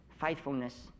faithfulness